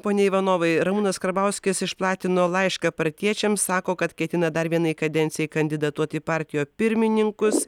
pone ivanovai ramūnas karbauskis išplatino laišką partiečiams sako kad ketina dar vienai kadencijai kandidatuoti į partijo pirmininkus